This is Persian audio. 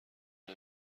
نمی